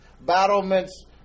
battlements